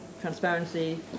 transparency